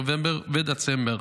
נובמבר ודצמבר,